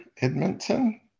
Edmonton